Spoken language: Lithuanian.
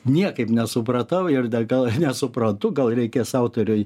niekaip nesupratau ir da gal nesuprantu gal reikės autoriui